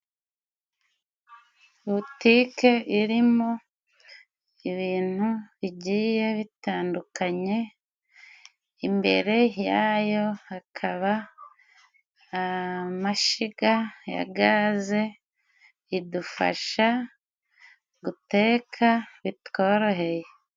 Butike irimo ibintu bigiye bitandukanye, imbere yayo hakaba amashiga ya gaze idufasha guteka bitworoheye.